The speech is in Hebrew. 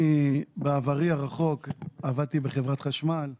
אני בעברי הרחוק עבדתי בחברת חשמל ברת"ק,